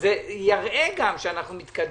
זה יראה שאנחנו מתקדמים.